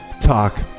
Talk